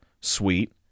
sweet